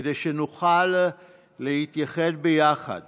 כדי שנוכל להתייחד ביחד